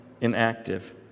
inactive